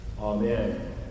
Amen